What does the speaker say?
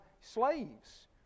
slaves